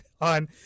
on